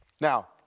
Now